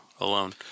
alone